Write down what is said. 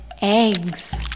Eggs